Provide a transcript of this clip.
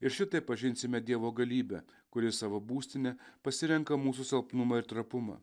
ir šitaip pažinsime dievo galybę kuri savo būstine pasirenka mūsų silpnumą ir trapumą